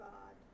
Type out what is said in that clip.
God